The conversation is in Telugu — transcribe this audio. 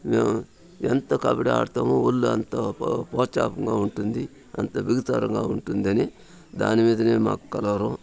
మేము ఎంత కబడ్డీ ఆడతామో ఒళ్ళు అంత ఉ ప్రొత్సహంగా ఉంటుంది అంత బిగుసుగా ఉంటుందనే దాని మీదనే మాకు కలవరం